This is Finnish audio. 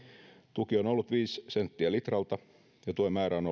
tuki on ollut viisi senttiä litralta ja tuen määrä on